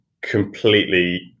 completely